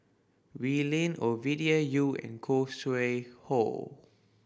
Wee Lin Ovidia Yu and Khoo Sui Hoe